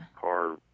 car